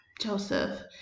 Joseph